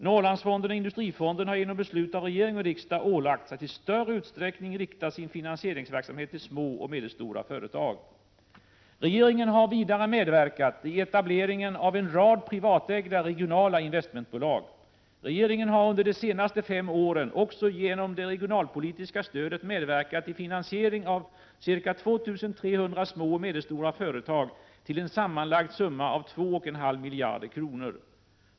Norrlandsfonden och Industrifonden har genom beslut av regering och riksdag ålagts att i större utsträckning rikta sin finansieringsverksamhet till små och medelstora företag. Regeringen har vidare medverkat i etableringen av en rad privatägda regionala investmentbolag. Regeringen har under de senaste fem åren också genom det regionalpolitiska stödet medverkat i finansiering av ca 2 300 små och medelstora företag till en sammanlagd summa av 2,5 miljarder kronor.